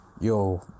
yo